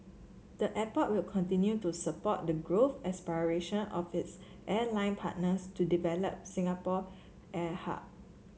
the airport will continue to support the growth aspiration of its airline partners to develop Singapore air hub